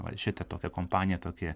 va šitą tokią kompaniją tokį